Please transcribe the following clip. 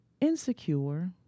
insecure